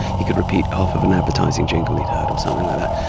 he could repeat half of an advertising jingle he'd heard or something like that.